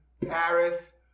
Paris